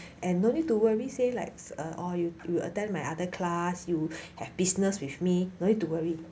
and no need to worry say like oh oh you will attend my other class you have business with me no need to worry